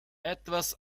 etwas